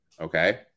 okay